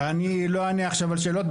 אני לא אענה עכשיו על שאלות.